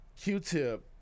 Q-Tip